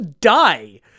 die